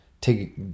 take